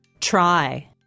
Try